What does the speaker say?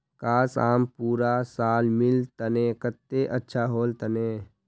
काश, आम पूरा साल मिल तने कत्ते अच्छा होल तने